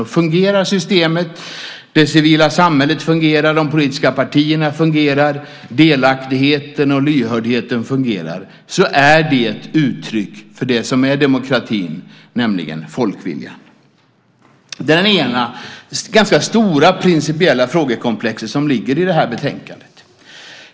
Om systemet fungerar och det civila samhället - de politiska partierna, delaktigheten och lyhördheten - fungerar, så är det ett uttryck för det som är demokratin, nämligen folkviljan. Detta är det ena principiellt stora frågekomplex som behandlas i betänkandet.